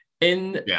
in-